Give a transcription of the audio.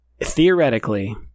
Theoretically